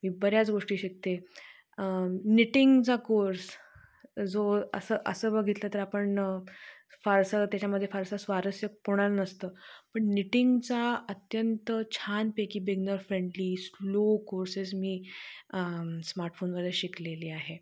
मी बऱ्याच गोष्टी शिकते निटिंगचा कोर्स जो असं असं बघितलं तर आपण फारसं त्याच्यामध्ये फारसा स्वारस्य होणार नसतं पण निटिंगचा अत्यंत छानपैकी बिगिनर फ्रेंडली स्लो कोर्सेस मी स्मार्टफोनवर शिकलेली आहे